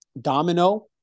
Domino